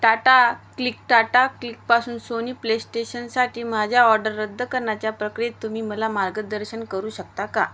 Tata click Tata क्लिकपासून Sony प्लेस्टेशनसाठी माझ्या ऑडर रद्द करण्याच्या प्रक्रियेत तुम्ही मला मार्गदर्शन करू शकता का